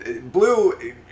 blue